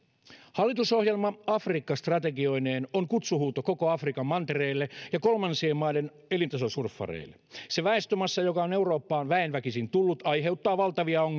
hallitusohjelma afrikka strategioineen on kutsuhuuto koko afrikan mantereelle ja kolmansien maiden elintasosurffareille se väestömassa joka on eurooppaan väen väkisin tullut aiheuttaa valtavia ongelmia